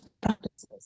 practices